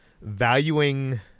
valuing